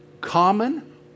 common